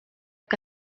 que